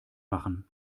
machen